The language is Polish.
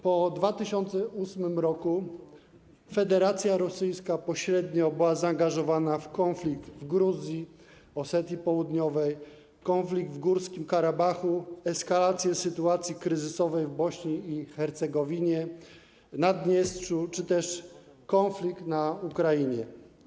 Po 2008 r. Federacja Rosyjska pośrednio była zaangażowana w konflikt w Gruzji, Osetii Południowej, konflikt w Górskim Karabachu, eskalację sytuacji kryzysowej w Bośni i Hercegowinie, Naddniestrzu czy też w konflikt na Ukrainie.